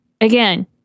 again